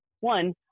one